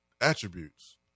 attributes